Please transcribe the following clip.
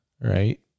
right